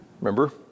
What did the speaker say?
Remember